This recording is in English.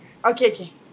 okay okay